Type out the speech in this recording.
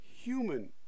human